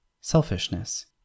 selfishness